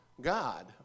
God